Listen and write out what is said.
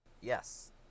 Yes